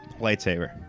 Lightsaber